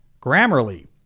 Grammarly